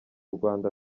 rwanda